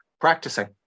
practicing